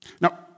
Now